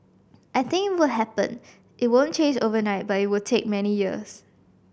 I think it would happen it won't change overnight but it would take many years